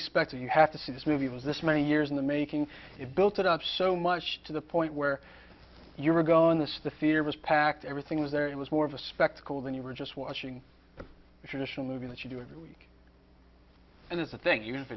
specter you have to see this movie was this many years in the making it built it up so much to the point where you were gone this the theater was packed everything was there it was more of a spectacle than you were just watching the traditional movie that you do every week and it's a thing